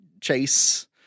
chase